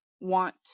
want